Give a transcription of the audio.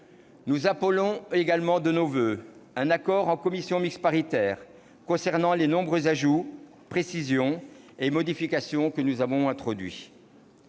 Nous appelons également de nos voeux un accord en commission mixte paritaire concernant les nombreux ajouts, précisions et modifications que nous avons introduits.